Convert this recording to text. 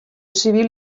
civil